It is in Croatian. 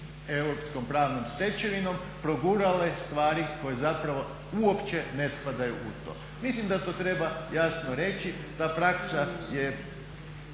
europskom pravnom stečevinom progurale stvari koje zapravo uopće ne spadaju u to. Mislim da to treba jasno reći, ta praksa je